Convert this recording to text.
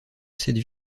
cette